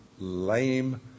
Lame